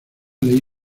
ley